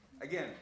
Again